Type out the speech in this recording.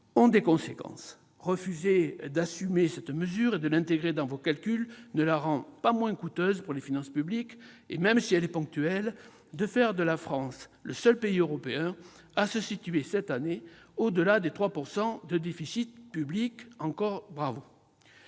ont des conséquences : refuser d'assumer cette mesure et de l'inclure dans vos calculs ne la rend pas moins coûteuse pour les finances publiques. De plus, même si elle est ponctuelle, elle fait de la France le seul pays européen à se situer cette année au-delà des 3 % de déficit public. Encore bravo !